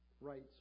rights